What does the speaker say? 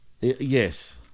yes